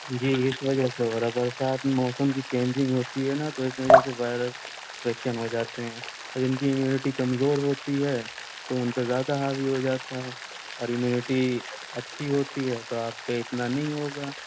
جی اس وجہ سے ہو رہا برسات میں موسم کی چینجنگ ہوتی ہے نا تو اس وجہ سے وائرس انفیکشن ہو جاتے ہیں تو جن کی امیونٹی کمزور ہوتی ہے تو ان پہ زیادہ حاوی ہو جاتا ہے اور امیونٹی اچھی ہوتی ہے تو آپ پہ اتنا نہیں ہوگا